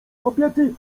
kobiety